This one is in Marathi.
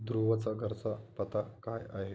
धृवचा घरचा पत्ता काय आहे